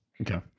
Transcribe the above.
Okay